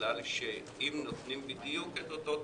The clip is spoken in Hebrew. בגלל שאם בדיוק את אותו תקציב,